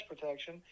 protection